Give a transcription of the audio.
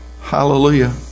Hallelujah